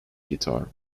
guitar